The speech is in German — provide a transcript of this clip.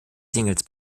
singles